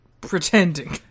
pretending